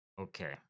Okay